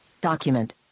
Document